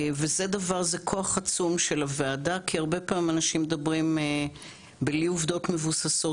זה כוח עצום של הוועדה כי הרבה פעמים אנשים מדברים בלי עובדות מבוססות.